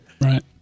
Right